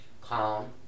calm